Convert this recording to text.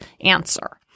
answer